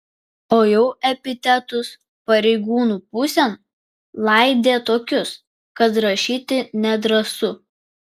o jau epitetus pareigūnų pusėn laidė tokius kad rašyti nedrąsu